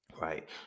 right